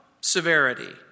severity